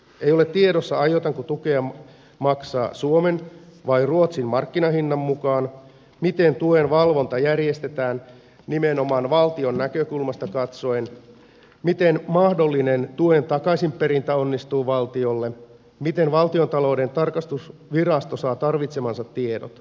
ei ole tiedossa aiotaanko tukea maksaa suomen vai ruotsin markkinahinnan mukaan miten tuen valvonta järjestetään nimenomaan valtion näkökulmasta katsoen miten mahdollinen tuen takaisinperintä valtiolle onnistuu miten valtiontalouden tarkastusvirasto saa tarvitsemansa tiedot